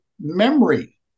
memory